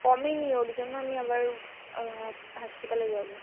কমেনি ওর জন্য আমি আবার হাসপাতালে যাবো